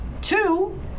Two